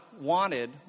wanted